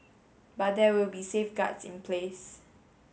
but there will be safeguards in place